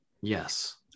yes